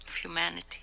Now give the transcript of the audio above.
humanity